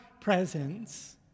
presence